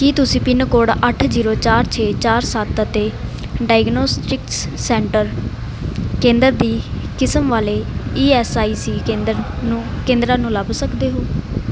ਕੀ ਤੁਸੀਂ pin code ਅੱਠ zero ਚਾਰ ਛੇ ਚਾਰ ਸੱਤ ਅਤੇ ਡਾਇਗਨੌਸਟਿਕਸ ਸੈਂਟਰ ਕੇਂਦਰ ਦੀ ਕਿਸਮ ਵਾਲੇ ਈ ਐੱਸ ਆਈ ਸੀ ਕੇਂਦਰ ਨੂੰ ਕੇਂਦਰਾਂ ਨੂੰ ਲੱਭ ਸਕਦੇ ਹੋ